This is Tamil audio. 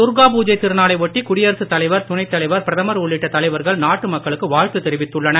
துர்கா பூஜை திருநாளை ஒட்டி குடியரசுத் தலைவர் துணைத் தலைவர் பிரதமர் உள்ளிட்ட தலைவர்கள் நாட்டு மக்களுக்கு வாழ்த்து தெரிவித்துள்ளனர்